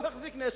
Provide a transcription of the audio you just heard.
לא החזיק נשק,